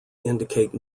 indicate